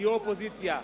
תהיו אופוזיציה.